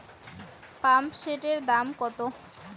পাম্পসেটের দাম কত?